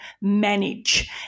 manage